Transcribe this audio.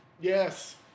Yes